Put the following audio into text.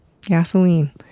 gasoline